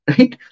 Right